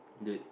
dude